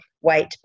weight